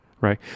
right